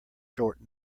short